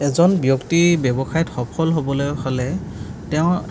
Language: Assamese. এজন ব্যক্তি ব্যৱসায়ত সফল হ'বলৈ হ'লে তেওঁ